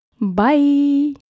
Bye